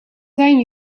zijn